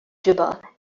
juba